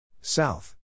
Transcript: South